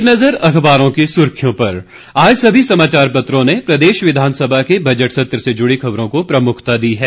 एक नज़र अखबारों की सुर्खियों पर आज सभी समाचार पत्रों ने प्रदेश विधानसभा के बजट सत्र से जुड़ी खबरों को प्रमुखता दी है